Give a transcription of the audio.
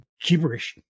gibberish